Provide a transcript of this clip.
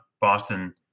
Boston